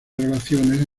relaciones